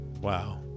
Wow